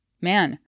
Man